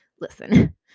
listen